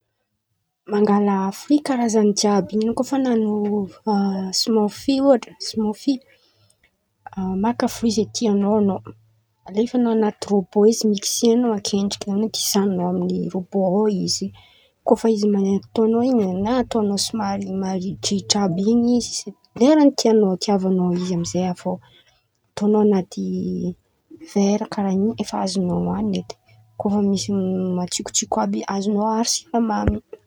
Mangala froìa karazan̈y jiàby in̈y kô fa an̈ano smôrfy ôhatra smôfy, maka foroy zen̈y tian̈ao an̈ao alefan̈ao an̈aty rôbô izy mikisen̈ao ankendriky na disan̈inao amy rôbô ao izy, kô fa izy m- nataon̈ao iny na ataon̈ao somary marihidrihitra àby in̈y izy leran̈y tian̈ao itiavan̈ao izy amizay avy eo ataon̈ao an̈aty vera karàha in̈y efa azon̈ao hoanin̈a edy kô fa misy matsikotsiko àby azon̈ao aharo siramamy.